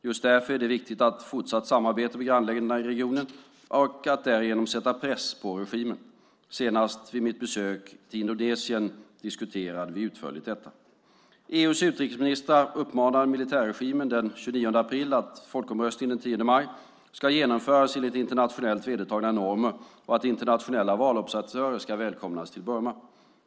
Just därför är det viktigt att fortsatt samarbeta med grannländerna i regionen och därigenom sätta press på regimen. Senast vid mitt besök till Indonesien diskuterade vi detta utförligt. EU:s utrikesministrar uppmanade militärregimen den 29 april att folkomröstningen den 10 maj ska genomföras enligt internationellt vedertagna normer och att internationella valobservatörer ska välkomnas till Burma.